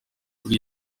kuri